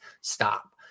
Stop